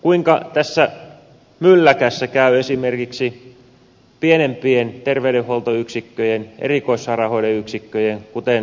kuinka tässä mylläkässä käy esimerkiksi pienempien terveydenhuoltoyksikköjen erikoissairaanhoidon yksikköjen kuten ähtärin sairaalan